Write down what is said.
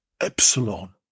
Epsilon